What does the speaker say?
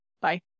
Bye